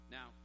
Now